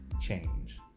change